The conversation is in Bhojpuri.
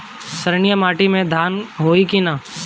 क्षारिय माटी में धान होई की न?